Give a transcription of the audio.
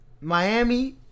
Miami